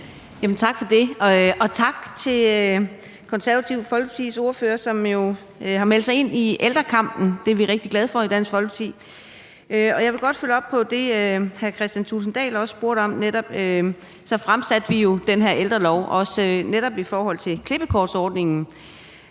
Tak for det. Og tak til Det Konservative Folkepartis ordfører, som jo har meldt sig ind i ældrekampen – det er vi rigtig glade for i Dansk Folkeparti. Jeg vil godt følge op på det, hr. Kristian Thulesen Dahl også spurgte om, nemlig om det her forslag til ældrelov, som vi fremsatte netop i forhold til klippekortsordningen.